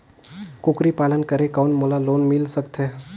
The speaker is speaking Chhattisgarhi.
कूकरी पालन करे कौन मोला लोन मिल सकथे?